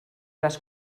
les